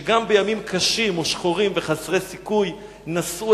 שגם בימים קשים ושחורים וחסרי סיכוי נשאו